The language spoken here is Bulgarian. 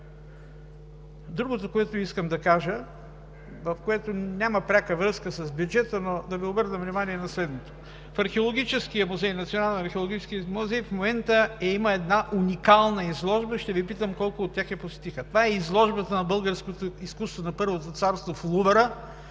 Другото, което искам да кажа – то няма пряка връзка с бюджета, но да Ви обърна внимание на следното. В Националния археологически музей в момента има една уникална изложба, ще Ви питам колко от тях я посетиха – това е изложбата на Българското изкуство на Първото царство в Лувъра,